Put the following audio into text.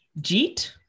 Jeet